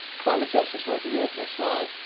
climate justice, working group next slide.